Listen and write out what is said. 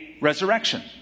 resurrection